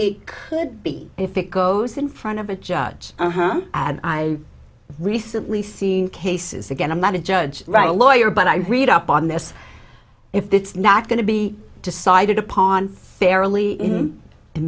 it could be if it goes in front of a judge and i recently seen cases again i'm not a judge right a lawyer but i read up on this if that's not going to be decided upon fairly